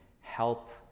help